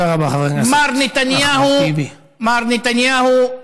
מר נתניהו,